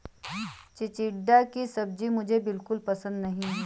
चिचिण्डा की सब्जी मुझे बिल्कुल पसंद नहीं है